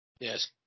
Yes